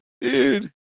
Dude